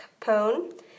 Capone